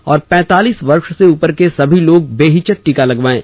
और पैंतालीस वर्ष से उपर के सभी लोग बेहिचक टीका लगवायें